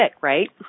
right